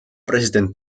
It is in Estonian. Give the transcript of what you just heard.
president